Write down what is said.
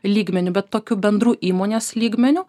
lygmeniu bet tokiu bendru įmonės lygmeniu